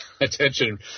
attention